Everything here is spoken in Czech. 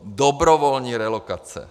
Dobrovolné relokace.